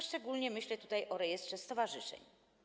Szczególnie myślę tutaj o rejestrze stowarzyszeń.